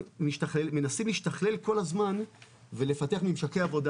מנסים להשתכלל כל הזמן ולפתח ממשקי עבודה.